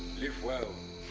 live well,